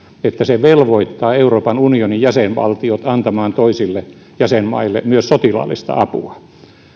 että se velvoittaa euroopan unionin jäsenvaltiot antamaan toisille jäsenmaille myös sotilaallista apua